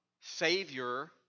Savior